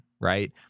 right